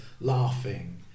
laughing